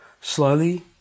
Slowly